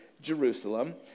Jerusalem